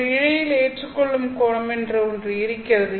ஒரு இழையில் ஏற்றுக்கொள்ளும் கோணம் என்று ஒன்று இருக்கின்றது